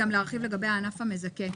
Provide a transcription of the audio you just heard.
גם להרחיב לגבי הענף המזכה,